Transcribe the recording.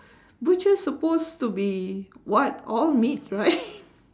butchers supposed to be what all meat right